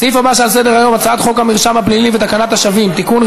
הסעיף הבא שעל סדר-היום: הצעת חוק המרשם הפלילי ותקנת השבים (תיקון,